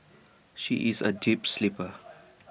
she is A deep sleeper